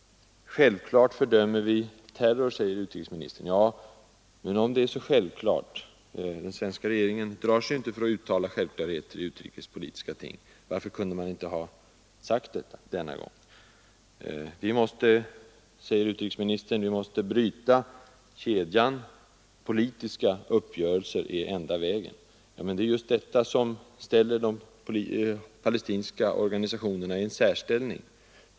Självfallet fördömer vi terror, säger utrikesministern. Men om det är så självklart — och den svenska regeringen drar sig inte för att uttala självklarheter i utrikespolitiska ting — varför kunde man då inte ha sagt det denna gång? Vi måste bryta kedjan av våldshandlingar, sade utrikesministern 12 vidare, och politiska uppgörelser är den enda vägen. Ja, men det är just detta som ställer de palestinska organisationerna i en särställning.